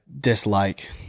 dislike